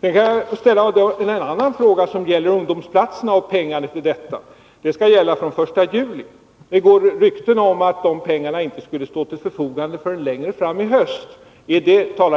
Vidare har jag en annan fråga, som gäller ungdomsplatserna och pengarna till dessa — det skall gälla fr.o.m. den 1 juli. Det går rykten om att de pengarna inte skulle stå till förfogande förrän längre fram i höst. Är det sant?